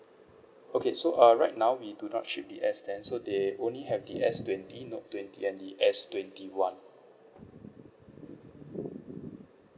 okay so uh right now we do not ship the S ten so they only have the S twenty note twenty and the S twenty one